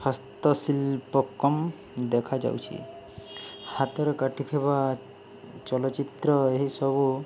ହସ୍ତଶିଳ୍ପ କମ୍ ଦେଖାଯାଉଛି ହାତରେ କାଟିଥିବା ଚଳଚ୍ଚିତ୍ର ଏହିସବୁ